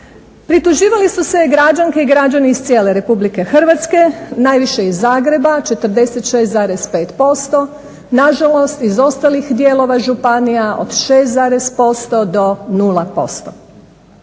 Prituživali su se građanke i građani iz cijele RH, najviše iz Zagreba 46,5%. Nažalost iz ostalih dijelova županija od 6% do 0%.